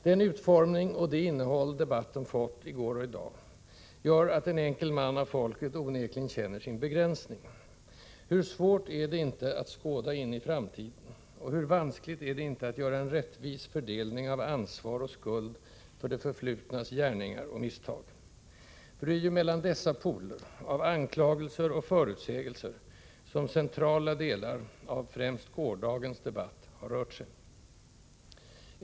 Den utformning och det innehåll debatten fått, i går och i dag, gör att en enkel man av folket onekligen känner sin begränsning. Hur svårt är det inte att skåda in i framtiden! Och hur vanskligt är det inte att göra en rättvis fördelning av ansvar och skuld för det förflutnas gärningar och misstag! För det är ju mellan dessa poler, av anklagelser och förutsägelser, som centrala delar av — främst — gårdagens debatt har rört sig.